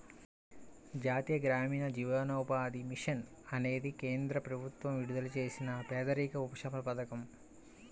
జాతీయ గ్రామీణ జీవనోపాధి మిషన్ అనేది కేంద్ర ప్రభుత్వం విడుదల చేసిన పేదరిక ఉపశమన పథకం